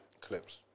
Clips